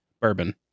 bourbon